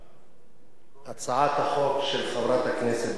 הצעת החוק של חברת הכנסת דליה איציק ושל